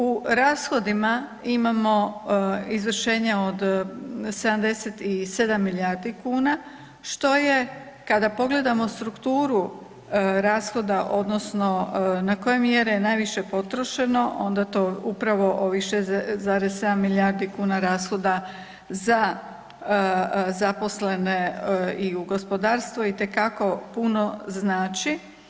U rashodima imamo izvršenje od 77 milijardi kuna, što je kada pogledamo strukturu rashoda odnosno na koje je mjere najviše potrošeno onda je to upravo ovih 6,7 milijardi kuna rashoda za zaposlene i u gospodarstvu itekako puno znači.